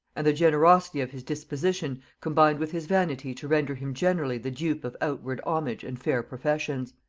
and the generosity of his disposition combined with his vanity to render him generally the dupe of outward homage and fair professions.